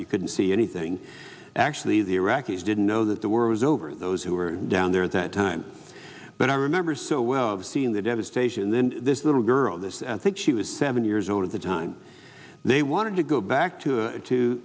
you couldn't see anything actually the iraqis didn't know that the world was over those who were down there at that time but i remember so well of seeing the devastation and then this little girl this and think she was seven years old at the time they wanted to go back to